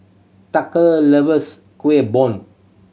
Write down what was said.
tucker loves Kuih Bom